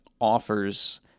offers